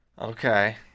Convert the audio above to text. Okay